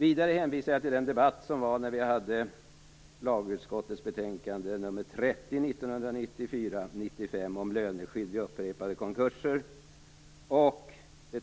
Vidare hänvisar jag till debatten om lagutskottets betänkande 1994/95:LU30, om löneskydd vid upprepade konkurser, och till